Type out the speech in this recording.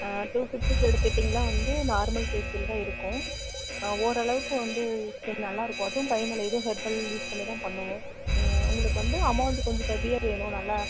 ஆ two ஃபிஃப்டிக்கு எடுத்துக்கிட்டிங்கனால் வந்து நார்மல் ஃபேஷியல் தான் இருக்கும் ஓரளவுக்கு வந்து ஸ்கின் நல்லா இருக்கும் அதுவும் பயமில்லை அதுவும் ஹெர்பல் யூஸ் பண்ணிதான் பண்ணுவோம் நீங்கள் உங்களுக்கு வந்து அமௌண்ட் கொஞ்சம் ஹெவியாக வேணும் நல்லா